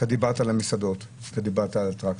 אתה דיברת על המסעדות ואתה דיברת על אטרקציות,